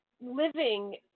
living